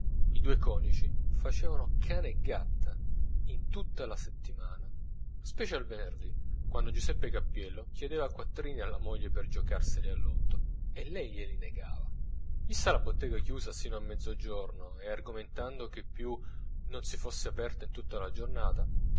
i due coniugi facevano cane e gatta in tutta la settimana specie al venerdì quando giuseppe cappiello chiedeva quattrini alla moglie per giocarseli al lotto e lei glie li negava vista la bottega chiusa sino a mezzogiorno e argomentando che più non si fosse aperta in tutta la giornata